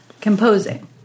Composing